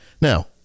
Now